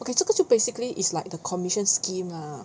oh 这个就 basically is like the commission scheme lah